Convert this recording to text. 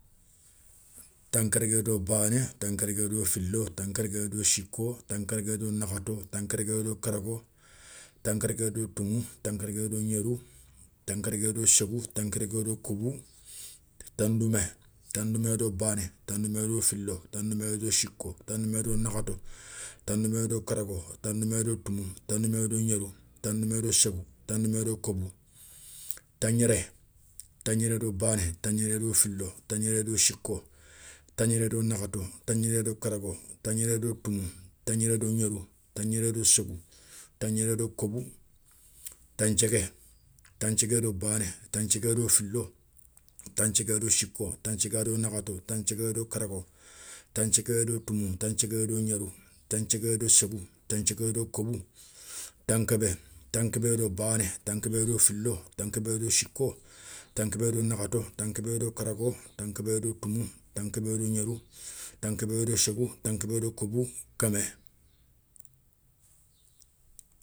Tankargué do bané, tankargué do filo, tankargué do siko, tankargué do nakhato, tankargué do karago, tankargué do toumou, tankargué do gnérou, tankargué do ségou, tankargué do kébou, tandoumé, tandoumé do bané, tandoumé do filo, tandoumé do siko, tandoumé do nakhato, tandoumé do karago, tandoumé do toumou, tandoumé do gnérou, tandoumé do ségou, tandoumé do kobou. Tagnéré, tagnéré do bané, tagnéré do filo, tagnéré do siko, tagnéré do nakhato, tagnéré do kargo, tagnéré do toumou, tagnéré do gnérou, tagnéré do ségou, tagnéré do kobou. Tanthiégué, tanthiégué do bané, tanthiégué do filo, tanthiégué do siko, tanthiégué do nakhato, tanthiégué do karago, tanthiégué do toumou, tanthiégué do gnérou. Tanthiégué do ségou, tanthiégué do kébou. Tankébé, tankébé do bané, tankébé do filo, tankébé do siko, tankébé do nakhato, tankébé do karago, tankébé do toumou, tankébé do gnérou, tankébé do ségou, tankébé do kobou, kémmé.